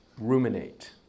ruminate